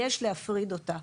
יש להפריד אותם.